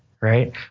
Right